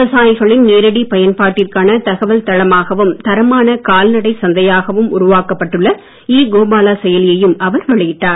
விதாவசாயிகளின் நேரடிப் பயன்பாட்டிற்கான தகவல் தளமாகவும் தரமான கால்நடைச் சந்தையாகவும் உருவாக்கப்பட்டுள்ள இ கோபாலா செயலியையும் அவர் வெளியிட்டார்